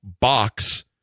box